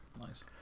Nice